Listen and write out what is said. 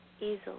easily